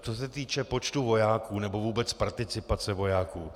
Co se týče počtu vojáků nebo vůbec participace vojáků.